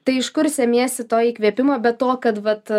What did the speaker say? tai iš kur semiesi to įkvėpimo be to kad vat